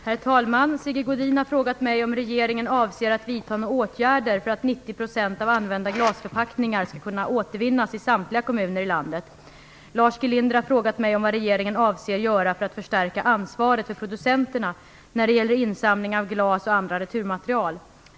Herr talman! Sigge Godin har frågat mig om regeringen avser att vidta åtgärder för att 90 % av använda glasförpackningar skall kunna återvinnas i samtliga kommuner i landet. Lars G Linder har frågat mig om vad regeringen avser göra för att förstärka ansvaret för producenterna när det gäller insamling av glas och andra returmaterial.